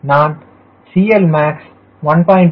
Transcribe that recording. நான் CLmax 1